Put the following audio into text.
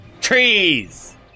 TREES